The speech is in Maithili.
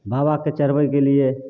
बाबाके चढ़बैकेलिए